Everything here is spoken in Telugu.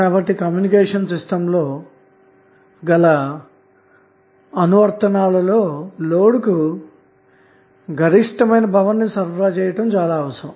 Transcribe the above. కాబట్టి కమ్యూనికేషన్ సిస్టమ్లో ఉన్న అనువర్తనాలలో లోడ్ కు గరిష్టమైన పవర్ ని సరఫరా చేయుట చాలా అవసరం